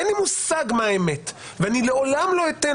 אין לי מושג מה האמת ואני לעולם לא אתן